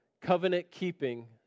covenant-keeping